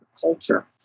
culture